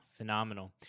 Phenomenal